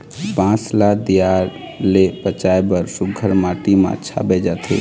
बांस ल दियार ले बचाए बर सुग्घर माटी म छाबे जाथे